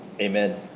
Amen